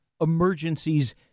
emergencies